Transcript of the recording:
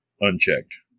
unchecked